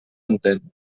entén